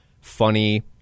funny